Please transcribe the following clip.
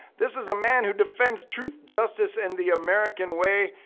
this is a man who defends truth, justice and the american way,